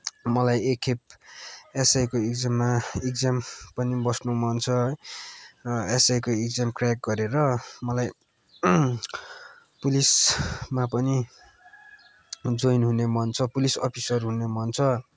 मलाई एकखेप एसआईको एक्जाममा एक्जाम पनि बस्नु मन छ है एसआईको एक्जाम क्र्याक गरेर मलाई पुलिसमा पनि जोइन हुने मन छ पुलिस अफिसर हुने मन छ